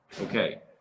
Okay